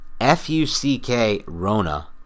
F-U-C-K-RONA